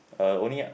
uh only